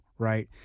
Right